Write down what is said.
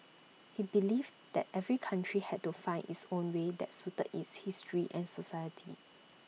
he believed that every country had to find its own way that suited its history and society